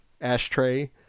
ashtray